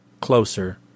closer